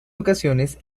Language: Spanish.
ocasiones